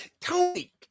Tony